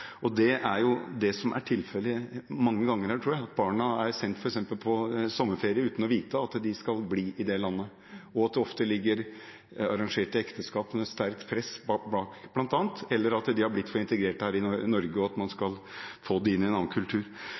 Det er jo det som er tilfellet mange ganger, tror jeg, at barna er sendt f.eks. på sommerferie uten å vite at de skal bli i det landet, og at det ofte ligger bl.a. arrangerte ekteskap bak, under sterkt press, eller at de har blitt for integrert her i Norge, og at man skal få dem inn i en annen kultur.